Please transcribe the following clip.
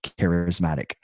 charismatic